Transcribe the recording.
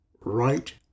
right